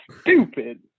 Stupid